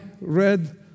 read